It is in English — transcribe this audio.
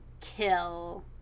kill